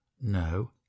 No